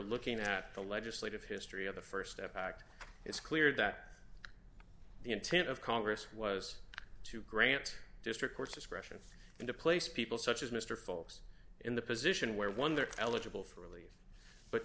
looking at the legislative history of the st step act it's clear that the intent of congress was to grant district courts discretion and to place people such as mr folks in the position where one they're eligible for relief but